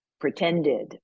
pretended